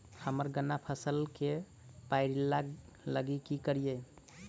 हम्मर गन्ना फसल मे पायरिल्ला लागि की करियै?